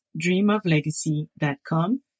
dreamoflegacy.com